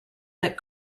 that